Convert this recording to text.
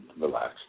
relaxed